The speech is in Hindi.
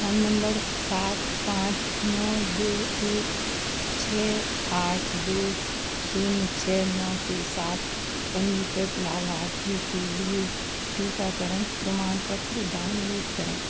फोन नम्बर सात पाँच नौ दो एक छः आठ दो शून्य छः नौ के साथ पंजीकृत लाभार्थी के लिए टीकाकरण प्रमाणपत्र डाउनलोड करें